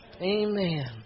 Amen